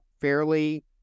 fairly